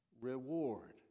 reward